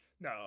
no